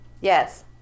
Yes